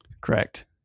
Correct